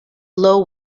low